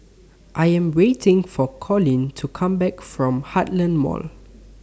I Am waiting For Coleen to Come Back from Heartland Mall